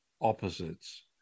opposites